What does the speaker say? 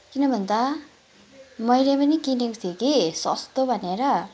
किन भन् त मैले पनि किनेको थिएँ कि सस्तो भनेर